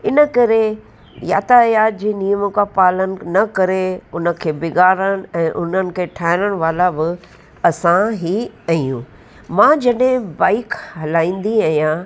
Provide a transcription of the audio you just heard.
इन करे यातायात जे नियमों का पालन न करे उनखे बिॻाड़ण ऐं उन्हनि खे ठाहिण वाला बि असां ई आहियूं मां जॾहिं बाइक हलाईंदी आहियां